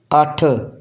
ਅੱਠ